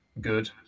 good